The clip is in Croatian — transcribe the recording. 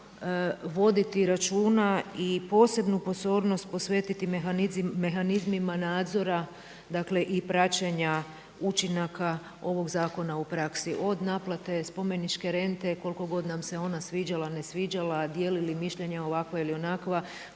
voditi računa i posebnu pozornost posvetiti mehanizmima nadzora dakle i praćenja učinaka ovog zakona u praksi od naplate spomeničke rente koliko god nam se ona sviđala, ne sviđala, dijelili mišljenja ovakva ili onakva.